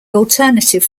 alternative